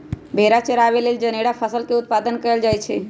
भेड़ा चराबे लेल जनेरा फसल के उत्पादन कएल जाए छै